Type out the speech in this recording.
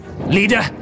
Leader